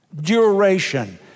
Duration